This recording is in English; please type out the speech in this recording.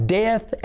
death